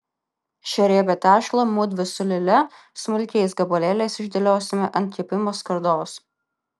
šią riebią tešlą mudvi su lile smulkiais gabalėliais išdėliosime ant kepimo skardos